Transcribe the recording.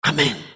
Amen